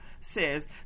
says